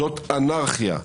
זאת אנרכיה.